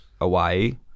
away